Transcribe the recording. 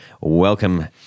Welcome